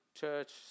church